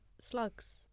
slugs